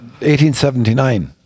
1879